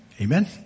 Amen